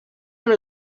amb